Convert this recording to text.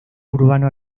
urbano